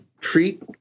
treat